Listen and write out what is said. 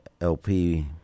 LP